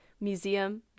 museum